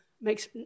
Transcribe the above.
makes